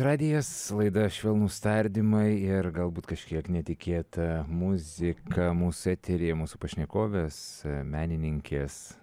radijas laida švelnūs tardymai ir galbūt kažkiek netikėta muzika mūsų eteryje mūsų pašnekovės menininkės